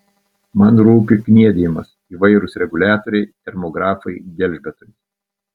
man rūpi kniedijimas įvairūs reguliatoriai termografai gelžbetonis